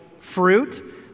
fruit